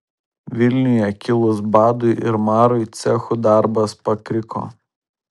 vilniuje kilus badui ir marui cechų darbas pakriko